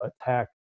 attack